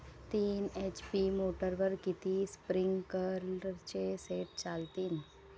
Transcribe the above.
तीन एच.पी मोटरवर किती स्प्रिंकलरचे सेट चालतीन?